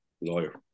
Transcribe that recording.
lawyer